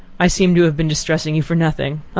i seem to have been distressing you for nothing.